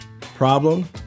problem